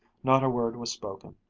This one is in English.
not a word was spoken.